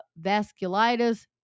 vasculitis